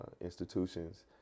institutions